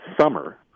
summer